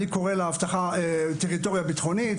אני קוראת לה טריטוריה ביטחונית,